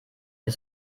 ihr